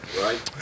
Right